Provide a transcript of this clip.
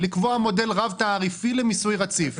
מודל רב-תעריפי למיסוי רציף.